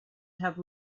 have